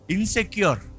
Insecure